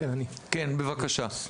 כן, בבקשה.